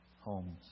homes